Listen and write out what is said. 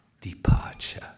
departure